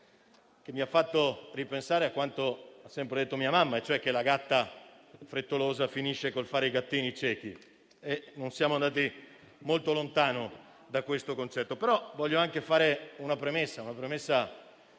che mi ha fatto ripensare a quanto ha sempre detto mia mamma, e cioè che la gatta frettolosa finisce col fare i gattini ciechi. Non siamo andati molto lontano da questo concetto. Voglio anche fare una premessa per